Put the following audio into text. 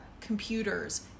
computers